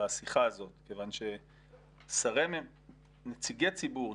לשיחה הזאת כיוון שנציגי ציבור,